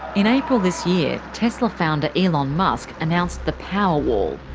in april this year, tesla founder elon musk announced the powerwall,